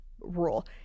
rule